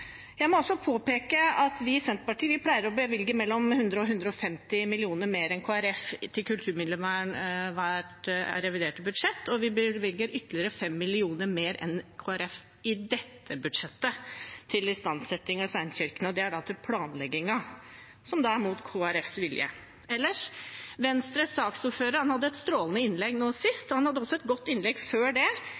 Jeg må også påpeke at vi i Senterpartiet pleier å bevilge mellom 100 mill. kr og 150 mill. kr mer enn Kristelig Folkeparti til kulturminnevern hvert reviderte budsjett. Vi bevilger ytterligere 5 mill. kr mer enn Kristelig Folkeparti i dette budsjettet til istandsetting av steinkirkene, og det er til planleggingen – som da er imot Kristelig Folkepartis vilje. Ellers: Venstres saksordfører hadde et strålende innlegg nå sist, og han hadde også et godt innlegg før det,